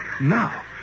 Now